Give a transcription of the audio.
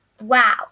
Wow